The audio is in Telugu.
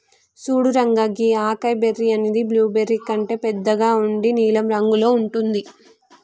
సూడు రంగా గీ అకాయ్ బెర్రీ అనేది బ్లూబెర్రీ కంటే బెద్దగా ఉండి నీలం రంగులో ఉంటుంది